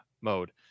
mode